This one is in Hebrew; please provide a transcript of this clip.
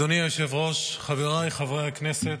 אדוני היושב-ראש, חבריי חברי הכנסת,